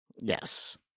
Yes